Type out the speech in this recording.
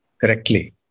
correctly